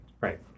Right